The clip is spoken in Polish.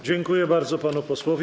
Dziękuję bardzo panu posłowi.